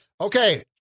Okay